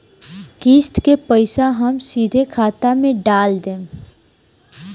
किस्त के पईसा हम सीधे खाता में डाल देम?